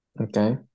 okay